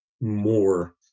more